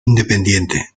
independiente